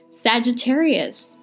Sagittarius